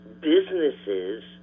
businesses